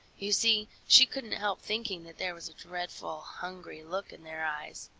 you see, she couldn't help thinking that there was a dreadful, hungry look in their eyes,